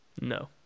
No